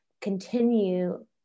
continue